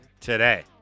today